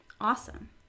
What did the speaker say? Awesome